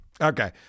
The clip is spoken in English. Okay